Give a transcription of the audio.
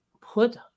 put